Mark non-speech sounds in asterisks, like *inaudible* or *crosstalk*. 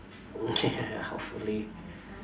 *laughs* ya hopefully